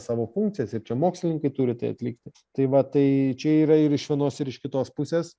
savo funkcijas ir čia mokslininkai turi tai atlikti tai va tai čia yra ir iš vienos ir iš kitos pusės